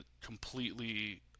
completely –